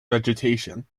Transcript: vegetation